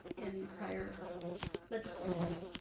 in prior legislatures?